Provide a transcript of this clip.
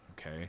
okay